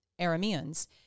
Arameans